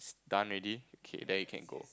done already okay then you can go